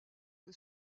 que